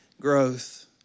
growth